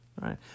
right